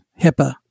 HIPAA